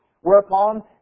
whereupon